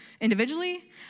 individually